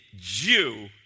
Jew